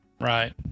Right